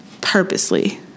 purposely